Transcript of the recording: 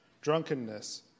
drunkenness